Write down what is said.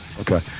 Okay